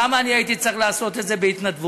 למה אני הייתי צריך לעשות את זה בהתנדבות?